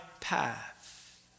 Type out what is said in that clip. path